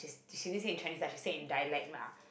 you didn't say it Chinese lah she said in dialect lah